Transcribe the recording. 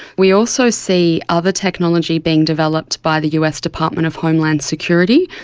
we also see other technology being developed by the us department of homeland security.